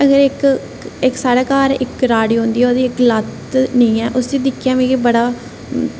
अजें इक साढ़े घर इक गराड़ी होंदी ओह्दी इक लत्त निं ऐ उसी दिक्खियै मिगी बड़ा